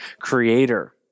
creator